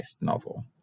novel